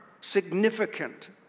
significant